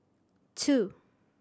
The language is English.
two